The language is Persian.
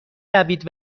روید